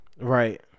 Right